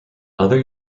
other